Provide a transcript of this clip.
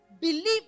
believe